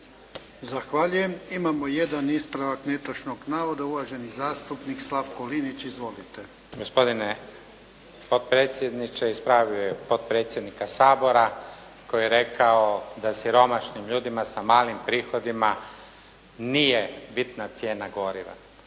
Zahvaljujem. Imamo jedan ispravak netočnog navoda, uvaženi zastupnik Slavko Linić. Izvolite. **Linić, Slavko (SDP)** Gospodine potpredsjedniče ispravio bih potpredsjednika Sabora koji je rekao da siromašnim ljudima sa malim prihodima nije bitna cijena goriva.